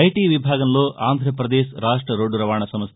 IT విభాగంలో ఆంధ్రాప్రదేశ్ రాష్ట రోడ్లు రవాణా సంస్ల